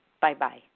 Bye-bye